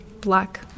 black